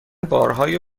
بارهای